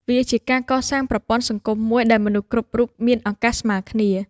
វាជាការកសាងប្រព័ន្ធសង្គមមួយដែលមនុស្សគ្រប់រូបមានឱកាសស្មើគ្នា។